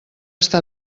està